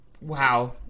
Wow